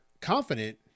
confident